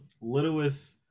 littlest